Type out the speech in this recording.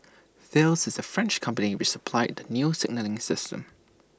Thales is the French company which supplied the new signalling system